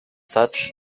such